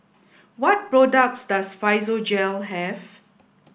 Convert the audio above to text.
what products does Physiogel have